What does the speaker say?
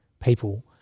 people